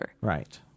Right